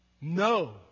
No